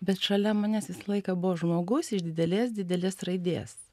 bet šalia manęs visą laiką buvo žmogus iš didelės didelės raidės